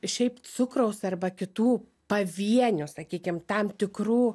šiaip cukraus arba kitų pavienių sakykim tam tikrų